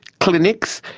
clinics,